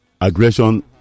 aggression